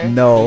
no